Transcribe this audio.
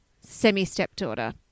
semi-stepdaughter